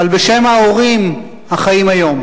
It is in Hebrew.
אבל בשם ההורים החיים היום,